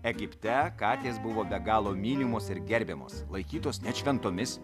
egipte katės buvo be galo mylimos ir gerbiamos laikytos net šventomis